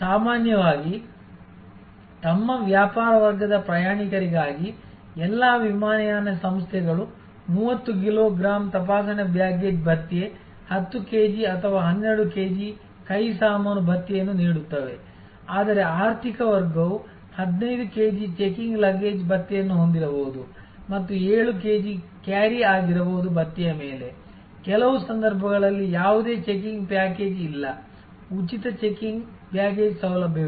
ಸಾಮಾನ್ಯವಾಗಿ ತಮ್ಮ ವ್ಯಾಪಾರ ವರ್ಗದ ಪ್ರಯಾಣಿಕರಿಗಾಗಿ ಎಲ್ಲಾ ವಿಮಾನಯಾನ ಸಂಸ್ಥೆಗಳು 30 ಕಿಲೋ ಗ್ರಾಂ ತಪಾಸಣೆ ಬ್ಯಾಗೇಜ್ ಭತ್ಯೆ 10 ಕೆಜಿ ಅಥವಾ 12 ಕೆಜಿ ಕೈ ಸಾಮಾನು ಭತ್ಯೆಯನ್ನು ನೀಡುತ್ತವೆ ಆದರೆ ಆರ್ಥಿಕ ವರ್ಗವು 15 ಕೆಜಿ ಚೆಕಿಂಗ್ ಲಗೇಜ್ ಭತ್ಯೆಯನ್ನು ಹೊಂದಿರಬಹುದು ಮತ್ತು 7 ಕೆಜಿ ಕ್ಯಾರಿ ಆಗಿರಬಹುದು ಭತ್ಯೆಯ ಮೇಲೆ ಕೆಲವು ಸಂದರ್ಭಗಳಲ್ಲಿ ಯಾವುದೇ ಚೆಕಿಂಗ್ ಪ್ಯಾಕೇಜ್ ಇಲ್ಲ ಉಚಿತ ಚೆಕಿಂಗ್ ಬ್ಯಾಗೇಜ್ ಸೌಲಭ್ಯವಿಲ್ಲ